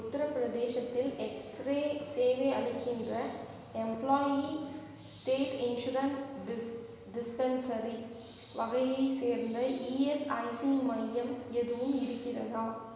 உத்தரப் பிரதேசத்தில் எக்ஸ்ரே சேவை அளிக்கின்ற employees state insurance dis dispensary வகையை சேர்ந்த இஎஸ்ஐசி மையம் எதுவும் இருக்கிறதா